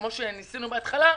שניסינו בהתחלה,